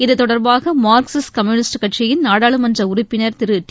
இதுதொடர்பாக Marxist communist கட்சியின் நாடாளுமன்றஉறுப்பினர் திரு டி